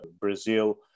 Brazil